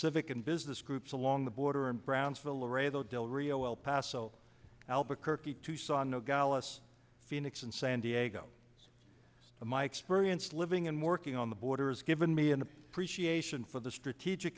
civic and business groups along the border in brownsville laredo del rio el paso albuquerque tucson nogales phoenix and san diego my experience living and working on the border is given me an appreciation for the strategic